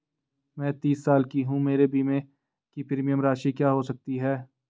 मैं तीस साल की हूँ मेरे बीमे की प्रीमियम राशि क्या हो सकती है?